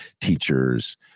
teachers